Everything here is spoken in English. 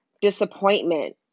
disappointment